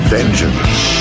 Vengeance